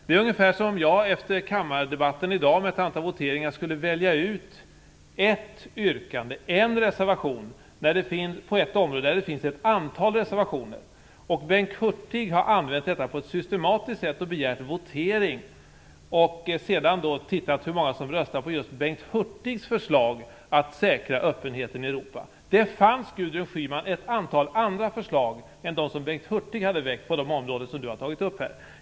Det är ungefär som om jag, efter kammardebatten i dag med ett antal voteringar, skulle välja ut en reservation på ett område där det finns ett antal reservationer. Bengt Hurtig har använt detta på ett systematiskt sätt. Han har begärt votering och sedan tittat efter hur många som har röstat på just hans eget förslag t.ex. om att säkra öppenheten i Europa. Det fanns ett antal andra förslag än dem som Bengt Hurtig hade väckt på de områden som Gudrun Schyman har tagit upp här.